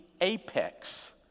apex